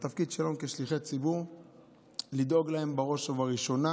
התפקיד שלנו כשליחי ציבור לדאוג להם בראש ובראשונה,